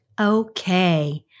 Okay